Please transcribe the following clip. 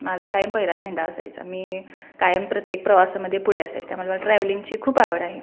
माझा कायम पहिला झेंडा असायचा मी कायम प्रत्येक प्रवासामध्ये पुढे असायचे त्यामुळे मला ट्रॅव्हलिंगची खूप आवड आहे